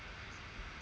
mm